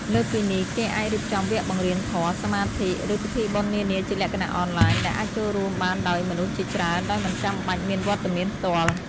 លើសពីនេះ គេអាចរៀបចំវគ្គបង្រៀនធម៌ សមាធិ ឬពិធីបុណ្យនានាជាលក្ខណៈអនឡាញ ដែលអាចចូលរួមបានដោយមនុស្សជាច្រើនដោយមិនចាំបាច់មានវត្តមានផ្ទាល់។